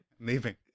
leaving